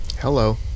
Hello